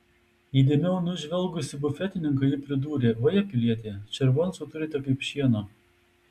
įdėmiau nužvelgusi bufetininką ji pridūrė vaje pilieti červoncų turite kaip šieno